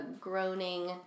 groaning